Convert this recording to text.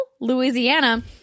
Louisiana